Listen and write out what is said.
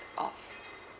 oh